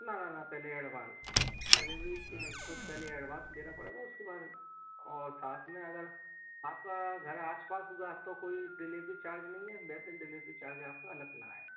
ना ना ना पहले एडवांस डिलेवरी से नहीं कुछ पहले एडवांस देना पड़ेगा उसके बाद और साथ में अगर आपका घर आस पास होगा तो कोई डिलीवरी चार्ज नहीं है वैसे डिलीवरी चार्ज आपका अलग लगाएं